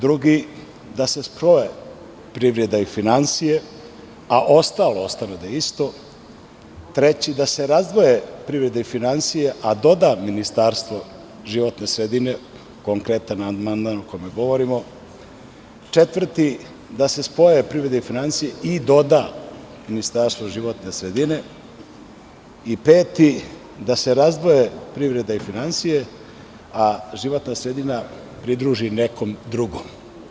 Drugi da se spoje privreda i finansije, a ostalo da ostane isto, treći da se razdvoje privreda i finansije, a doda Ministarstvo životne sredine, konkretan amandman o kome govorimo, četvrti, da se spoje privreda i finansije i doda Ministarstvo životne sredine i peti, da se razdvoje privreda i finansije, a životna sredina pridruži nekom drugom.